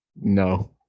No